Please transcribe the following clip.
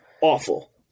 awful